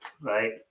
Right